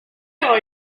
all